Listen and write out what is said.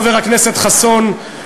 חבר הכנסת חסון,